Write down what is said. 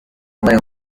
matora